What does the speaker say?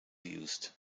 used